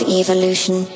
evolution